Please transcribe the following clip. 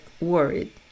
worried